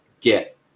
get